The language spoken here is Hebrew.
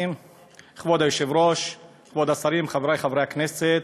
כבוד היושב-ראש, כבוד השרים, חברי חברי הכנסת,